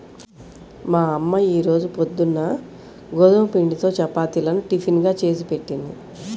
మా అమ్మ ఈ రోజు పొద్దున్న గోధుమ పిండితో చపాతీలను టిఫిన్ గా చేసిపెట్టింది